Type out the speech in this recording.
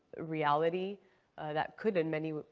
reality that could in many,